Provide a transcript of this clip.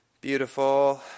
Beautiful